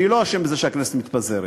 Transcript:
אני לא אשם בזה שהכנסת מתפזרת.